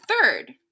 third